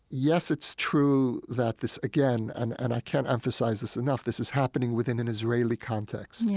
yes, it's true that this, again and and i can't emphasis this enough this is happening within an israeli context. and yeah